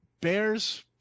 Bears